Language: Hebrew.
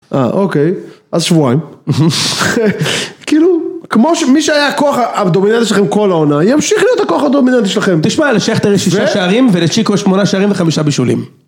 אה אוקיי, אז שבועיים, כאילו, כמו שמי שהיה הכוח הדומיננטי שלכם כל העונה, ימשיך להיות הכוח הדומיננטי שלכם. תשמע, לשכטר יש שישה שערים ולצ'יקו שמונה שערים וחמישה בישולים.